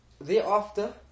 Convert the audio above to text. Thereafter